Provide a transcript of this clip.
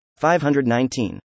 519